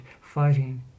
fighting